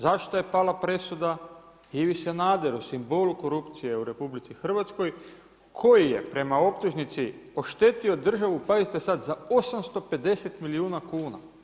Zašto je pala presuda Ivi Sanderu, simbolu korupcije u RH koji je prema optužnici oštetio državu, pazite sada, za 850 milijuna kuna.